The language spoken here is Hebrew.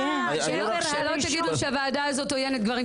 שלא תגידו שהוועדה הזאת עוינת גברים,